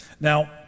Now